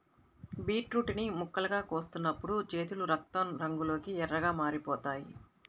beetroot ని ముక్కలుగా కోస్తున్నప్పుడు చేతులు రక్తం రంగులోకి ఎర్రగా మారిపోతాయి